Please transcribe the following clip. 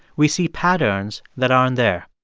we see patterns that aren't there.